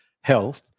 health